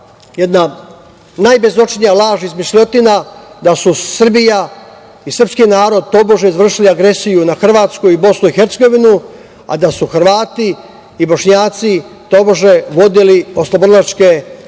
jedna najbezočnija laž i izmišljotina, da su Srbija i srpski narod tobože izvršili agresiju na Hrvatsku i BiH, a da su Hrvati i Bošnjaci tobože vodili oslobodilačke ratove